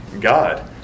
God